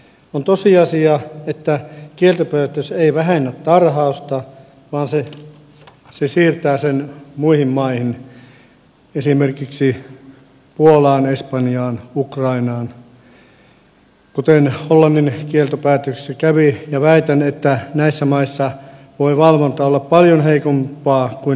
on tosiasia että kieltopäätös ei vähennä tarhausta vaan se siirtää sen muihin maihin esimerkiksi puolaan espanjaan ukrainaan kuten hollannin kieltopäätöksessä kävi ja väitän että näissä maissa voi valvonta olla paljon heikompaa kuin esimerkiksi suomessa